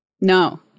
no